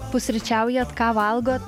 pusryčiaujat ką valgot